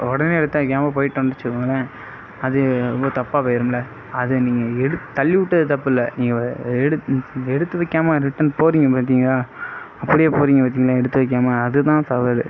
உடனே எடுத்து வைக்காமல் போய்ட்டோனு வெச்சுக்கோங்களேன் அது ரொம்ப தப்பாக போய்ரும்ல அது நீங்கள் எடுத்து தள்ளிவிட்டது தப்பு இல்லை நீங்கள் எடுத்து வைக்காமல் ரிட்டன் போறீங்க பார்த்திங்களா அப்படியே போறீங்க பார்த்திங்களா எடுத்து வைக்காமல் அதுதான் தவறு